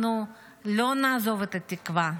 אנחנו לא נעזוב את התקווה,